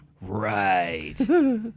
Right